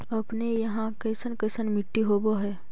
अपने यहाँ कैसन कैसन मिट्टी होब है?